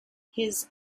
his